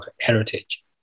heritage